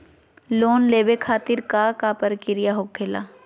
Loan लेवे खातिर का का प्रक्रिया होखेला?